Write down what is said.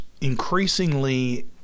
increasingly